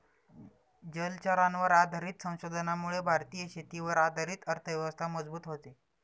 जलचरांवर आधारित संशोधनामुळे भारतीय शेतीवर आधारित अर्थव्यवस्था मजबूत होते